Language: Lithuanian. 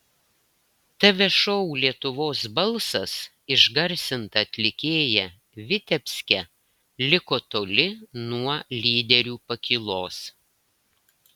tv šou lietuvos balsas išgarsinta atlikėja vitebske liko toli nuo lyderių pakylos